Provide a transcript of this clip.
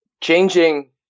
changing